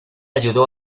ayudó